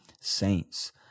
saints